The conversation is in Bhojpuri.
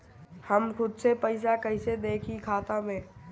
हम खुद से पइसा कईसे देखी खाता में?